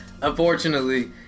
...unfortunately